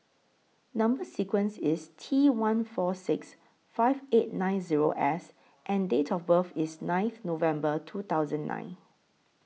Number sequence IS T one four six five eight nine Zero S and Date of birth IS ninth November two thousand nine